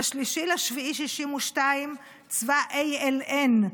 ב-3 ביולי 1962 צבא ALN,